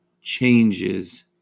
changes